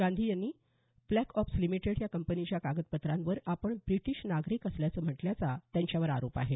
गांधी यांनी black ops limited या कंपनीच्या कागदपत्रांवर आपण ब्रिटीश नागरिक असल्याचं म्हटल्याचा त्यांच्यावर आरोप आहे